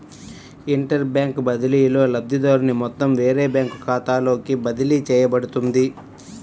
inter bank బదిలీలో, లబ్ధిదారుని మొత్తం వేరే బ్యాంకు ఖాతాలోకి బదిలీ చేయబడుతుంది